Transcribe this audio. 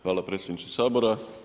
Hvala predsjedniče Sabora.